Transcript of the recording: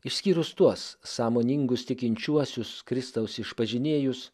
išskyrus tuos sąmoningus tikinčiuosius kristaus išpažinėjus